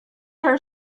her